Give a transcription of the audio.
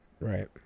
Right